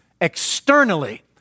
externally